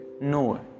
No